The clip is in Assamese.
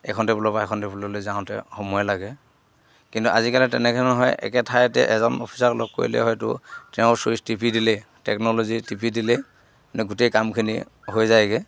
এখন টেবুলৰ পৰা এখন টেবুললৈ যাওঁতে সময় লাগে কিন্তু আজিকালি তেনেকে নহয় একে ঠাইতে এজন অফিচাৰক লগ কৰিলে হয়তো তেওঁৰ চুইচ টিপি দিলে টেকন'ল'জি টিপি দিলেই গোটেই কামখিনি হৈ যায়গৈ